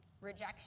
rejection